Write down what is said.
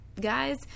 guys